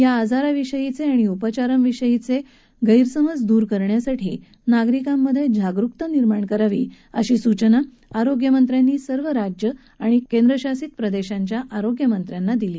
या आजाराविषयीचे गैरसमज दूर करण्यासाठी नागरिकांमध्ये जागरुकता निर्माण करावी अशी सूचना आरोग्यमंत्र्यानी सर्व राज्य आणि केंद्रशासित प्रदेशाच्या आरोग्यमंत्र्याना केल्या